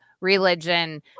religion